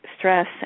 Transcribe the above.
stress